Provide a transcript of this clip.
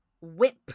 whip